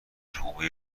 حومه